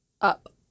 up